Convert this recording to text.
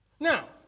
Now